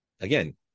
again